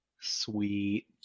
Sweet